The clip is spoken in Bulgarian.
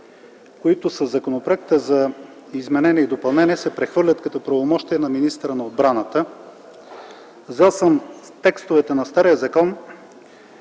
които със Законопроекта за изменение и допълнение се прехвърлят като такива към министъра на отбраната. Взел съм текстовете от стария закон,